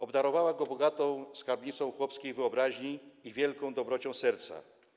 Obdarowała go bogatą skarbnicą chłopskiej wyobraźni i wielką dobrocią serca.